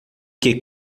que